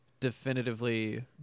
definitively